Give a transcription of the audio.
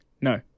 No